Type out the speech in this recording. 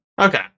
Okay